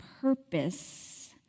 purpose